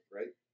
Right